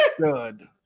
good